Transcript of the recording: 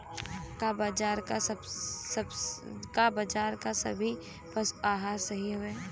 का बाजार क सभी पशु आहार सही हवें?